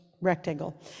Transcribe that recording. rectangle